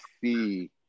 see